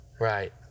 Right